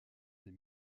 des